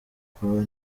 kwa